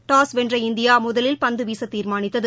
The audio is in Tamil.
டாஸ் வென்ற இந்தியா முதலில் பந்துவீச தீர்மானித்தது